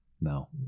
No